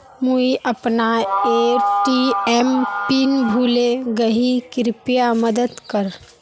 मुई अपना ATM PIN भूले गही कृप्या मदद कर